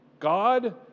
God